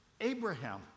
Abraham